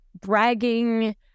bragging